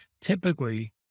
typically